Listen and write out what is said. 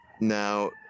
Now